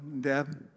Deb